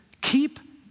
keep